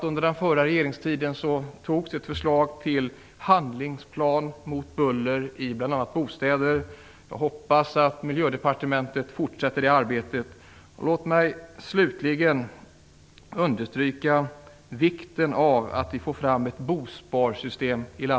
Under den förra regeringstiden antogs ett förslag till handlingsplan mot buller i bl.a. bostäder. Jag hoppas att Miljödepartementet fortsätter det arbetet. Låt mig slutligen understryka vikten av att vi här i landet får fram ett bosparsystem.